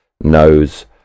knows